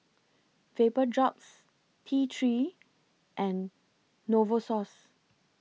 Vapodrops T three and Novosource